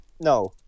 No